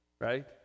right